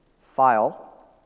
file